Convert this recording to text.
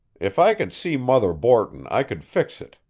if i could see mother borton i could fix it,